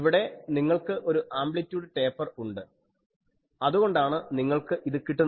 ഇവിടെ നിങ്ങൾക്ക് ഒരു ആംബ്ലിറ്റ്യൂട് ടേപ്പർ ഉണ്ട് അതുകൊണ്ടാണ് നിങ്ങൾക്ക് ഇത് കിട്ടുന്നത്